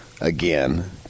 again